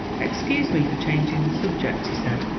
excuse me for changing the subject, he said,